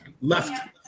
left